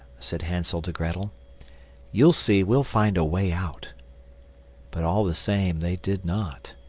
said hansel to grettel you'll see we'll find a way out but all the same they did not.